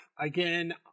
Again